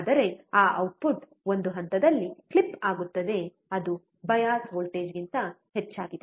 ಆದರೆ ಆ ಔಟ್ಪುಟ್ ಒಂದು ಹಂತದಲ್ಲಿ ಕ್ಲಿಪ್ ಆಗುತ್ತದೆ ಅದು ಬಯಾಸ್ ವೋಲ್ಟೇಜ್ಗಿಂತ ಹೆಚ್ಚಾಗಿದೆ